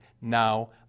now